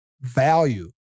value